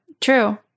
True